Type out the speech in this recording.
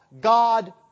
God